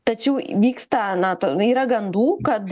tačiau vyksta na to yra gandų kad